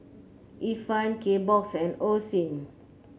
Ifan Kbox and Osim